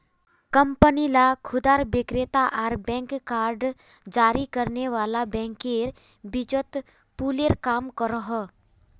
company ला खुदरा विक्रेता आर बैंक कार्ड जारी करने वाला बैंकेर बीचोत पूलेर काम करोहो